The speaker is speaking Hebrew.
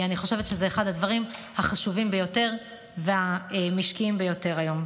אני חושבת שזה אחד הדברים החשובים ביותר והמשקיים ביותר היום.